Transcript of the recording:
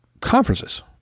Conferences